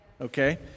Okay